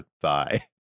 thigh